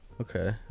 Okay